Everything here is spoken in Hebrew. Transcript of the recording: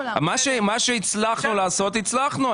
מה שהצלחנו לעשות הצלחנו.